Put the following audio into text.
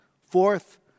Fourth